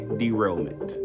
derailment